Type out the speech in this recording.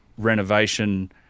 renovation